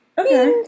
okay